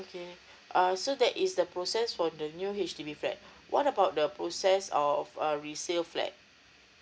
okay uh so that is the process for the new H_D_B flat what about the process of a resale flat